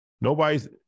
Nobody's